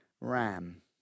ram